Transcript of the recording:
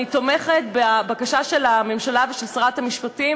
אני תומכת בבקשה של הממשלה ושל שרת המשפטים